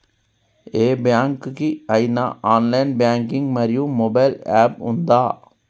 ఏ bank కి ఐనా online banking మరియు మొబైల్ యాప్ ఉందా?